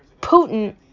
Putin